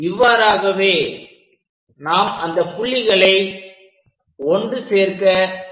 இவ்வாறாகவே நாம் அந்த புள்ளிகளை ஒன்று சேர்க்க வேண்டும்